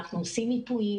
אנחנו עושים מיפויים,